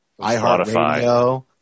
iHeartRadio